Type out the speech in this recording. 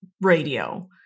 radio